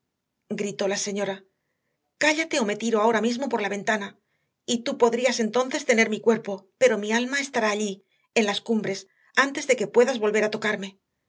gritó la señora cállate o me tiro ahora mismo por la ventana y tú podrías entonces tener mi cuerpo pero mi alma estará allí en las cumbres antes de que puedas volver a tocarme